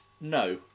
No